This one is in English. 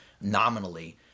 nominally